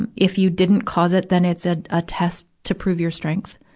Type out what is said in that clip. and if you didn't cause it, then it's a, a test to prove your strength.